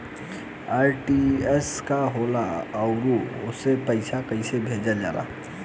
RTGS का होला आउरओ से पईसा कइसे भेजल जला?